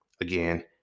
again